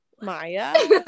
Maya